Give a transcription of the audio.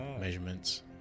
measurements